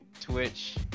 Twitch